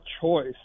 choice